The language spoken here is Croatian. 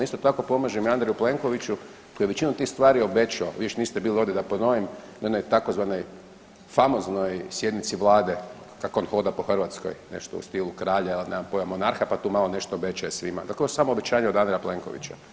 Isto tako pomažem i Andreju Plenkoviću koji je većinu tih stvari obećao, vi još niste bili ovdje da ponovim na onoj tzv. famoznoj sjednici Vlade kako on hoda po Hrvatskoj nešto u stilu kralja, nemam pojma monarha pa tu malo nešto objećaje svima, dakle, ovo je samo obećanje od Andreja Plenkovića.